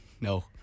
No